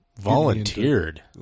volunteered